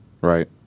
right